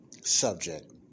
subject